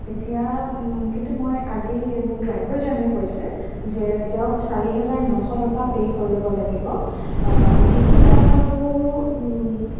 এতিয়া কিন্তু মই আজি মোক ড্ৰাইভাৰজনে কৈছে যে তেওঁক চাৰি হাজাৰ নশ টকা পে' কৰিব লাগিব যিটো মই ভাবোঁ